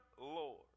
Lord